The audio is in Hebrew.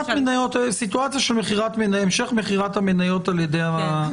סיטואציה של המשך מכירת המניות על ידי הממשלה.